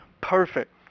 perfect